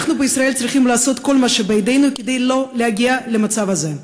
אנחנו בישראל צריכים לעשות כל מה שבידינו כדי לא להגיע למצב הזה.